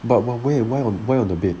but but wait why why on the bed